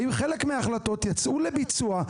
האם חלק מההחלטות יצאו לביצוע?